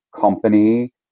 company